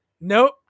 nope